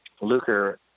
Luker